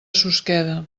susqueda